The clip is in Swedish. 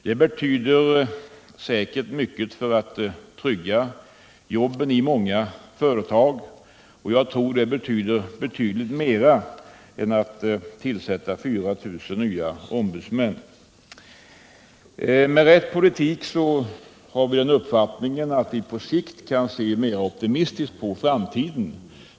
Det betyder säkert mycket för att trygga jobben i många företag, och jag tror det betyder väsentligt mer än att tillsätta 4 000 nya ombudsmän. Vi har den uppfattningen att med rätt politik kan vi på sikt se mera optimistiskt på framtiden.